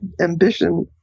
ambition